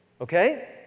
Okay